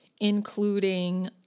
including